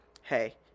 hey